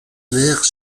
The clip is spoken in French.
mère